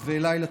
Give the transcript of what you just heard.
זה מה שהוא אמר.